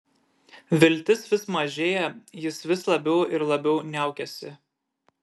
viltis vis mažėja jis vis labiau ir labiau niaukiasi